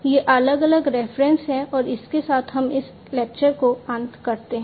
ये अलग अलग रेफरेंसेस हैं और इसके साथ हम इस लेक्चर के अंत में आते हैं